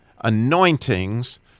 anointings